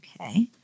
Okay